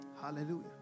Hallelujah